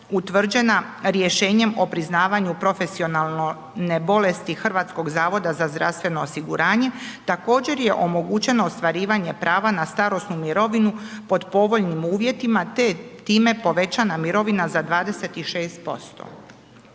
utvrđena rješenjem o priznavanju profesionalne bolesti HZZO-a također je omogućeno ostvarivanje prava na starosnu mirovinu pod povoljnim uvjetima te time povećana mirovina za 26%.